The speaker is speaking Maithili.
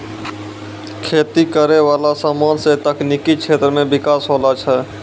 खेती करै वाला समान से तकनीकी क्षेत्र मे बिकास होलो छै